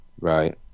Right